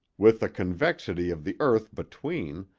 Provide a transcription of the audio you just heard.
with the convexity of the earth between,